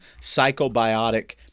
psychobiotic